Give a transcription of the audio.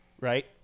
right